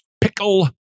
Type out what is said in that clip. Pickle